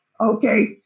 okay